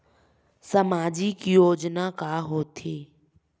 सामाजिक योजना का होथे?